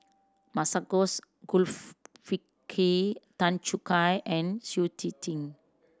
Masagos Tan Choo Kai and Shui Tit Ting